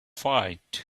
fight